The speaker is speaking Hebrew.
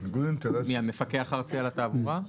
המפקח הארצי על התעבורה?